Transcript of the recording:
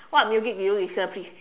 what music do you listen to please